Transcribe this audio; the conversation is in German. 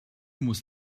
muss